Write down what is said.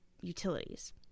utilities